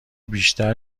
بیشتر